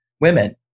women